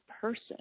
person